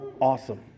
awesome